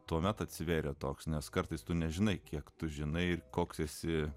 tuomet atsivėrė toks nes kartais tu nežinai kiek tu žinai ir koks esi